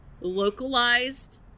localized